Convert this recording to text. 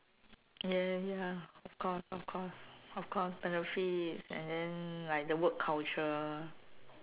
ya ya of course of course of course benefits and then like the work culture